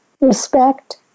respect